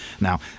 Now